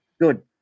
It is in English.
good